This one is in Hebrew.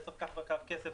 יצר כך וכך כסף,